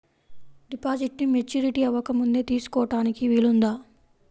డిపాజిట్ను మెచ్యూరిటీ అవ్వకముందే తీసుకోటానికి వీలుందా?